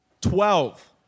Twelve